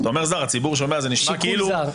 כשאתה אומר "זר", הציבור שומע --- שיקול זר.